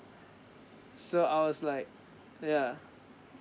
so I was like yeah